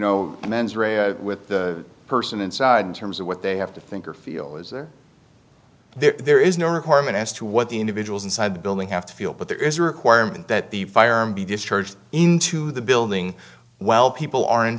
rea with the person inside in terms of what they have to think or feel as though there is no requirement as to what the individuals inside the building have to feel but there is a requirement that the firearm be discharged into the building well people are in